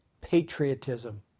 patriotism